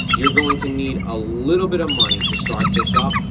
you're going to need a little bit of money to start this up,